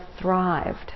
thrived